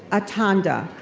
atanda,